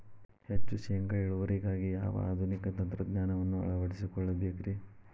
ಹೆಚ್ಚು ಶೇಂಗಾ ಇಳುವರಿಗಾಗಿ ಯಾವ ಆಧುನಿಕ ತಂತ್ರಜ್ಞಾನವನ್ನ ಅಳವಡಿಸಿಕೊಳ್ಳಬೇಕರೇ?